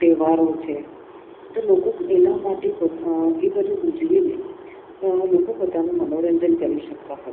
તહેવારો છે તો લોકો એના માટે બધા એ બધું ઉજવીને લોકો પોતાનું મનોરંજન કરી શકતા હતા